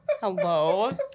Hello